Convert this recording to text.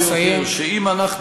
עם כל הכבוד.